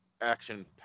action